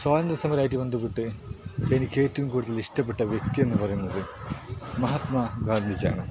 സ്വാതന്ത്ര്യ സമരമായിട്ട് ബന്ധപ്പെട്ട് എനിക്കേറ്റവും കൂടുതൽ ഇഷ്ടപെട്ട വ്യക്തി എന്ന് പറയുന്നത് മഹാത്മാ ഗാന്ധിജിയാണ്